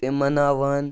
تہِ مناوان